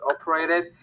operated